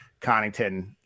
Connington